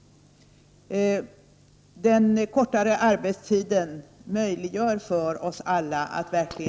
Den kortare arbetstiden möjliggör för oss alla att verkligen...